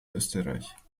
österreich